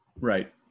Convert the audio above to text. Right